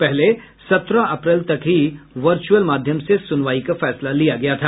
पहले सत्रह अप्रैल तक ही वर्चअल माध्यम से सुनवाई का फैसला लिया गया था